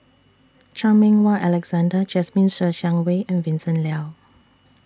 Chan Meng Wah Alexander Jasmine Ser Xiang Wei and Vincent Leow